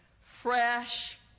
fresh